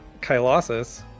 Kylosis